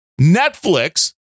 Netflix